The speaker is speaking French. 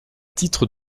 titres